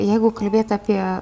jeigu kalbėt apie